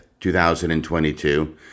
2022